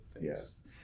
Yes